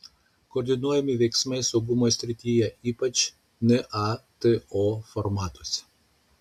koordinuojami veiksmai saugumo srityje ypač nato formatuose